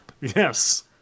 Yes